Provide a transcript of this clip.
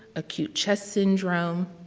acute chest syndrome,